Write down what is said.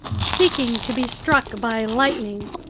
seeking to be struck by lightning.